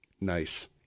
Nice